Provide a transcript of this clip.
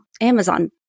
amazon